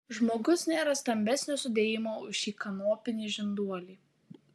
žmogus nėra stambesnio sudėjimo už šį kanopinį žinduolį